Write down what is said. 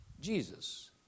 Jesus